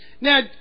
Now